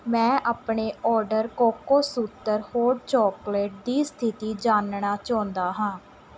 ਮੈਂ ਆਪਣੇ order Cocosutra hot chocolate ਦੀ ਸਥਿਤੀ ਜਾਣਨਾ ਚਾਹੁੰਦਾ ਹਾਂ